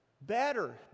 Better